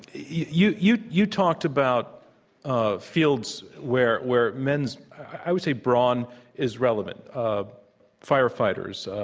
you you you talked about ah fields where where men's, i would say, brawn is relevant um firefighters,